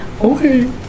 Okay